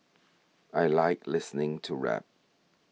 I like listening to rap